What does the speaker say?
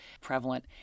prevalent